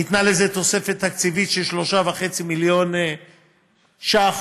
ניתנה תוספת תקציב של 3.5 מיליון ש"ח